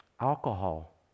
Alcohol